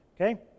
okay